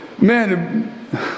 Man